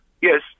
Yes